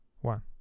One